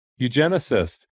eugenicist